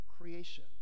creation